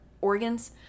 organs